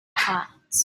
parts